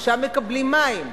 ושם מקבלים מים,